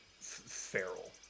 feral